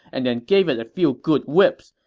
and then gave it a few good whips.